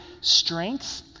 strength